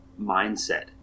mindset